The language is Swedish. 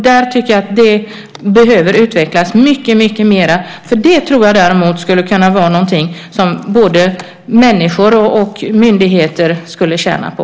Det tycker jag behöver utvecklas mycket mer. Det tror jag däremot skulle kunna vara något som både människor och myndigheter skulle tjäna på.